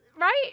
right